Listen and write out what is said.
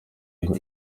ngo